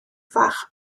fach